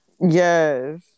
Yes